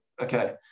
okay